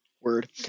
word